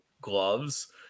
gloves